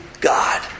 God